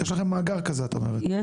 את אומרת שיש לכם מאגר כזה?